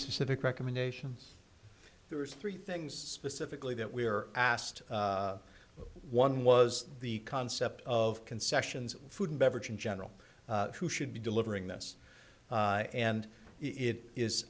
specific recommendations there is three things pacifically that we were asked one was the concept of concessions food and beverage in general who should be delivering this and it is